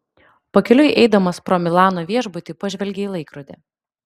pakeliui eidamas pro milano viešbutį pažvelgė į laikrodį